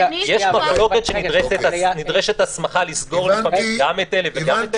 יש מחלוקת כשנדרשת הסמכה לסגור גם את אלה וגם את אלה?